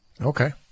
Okay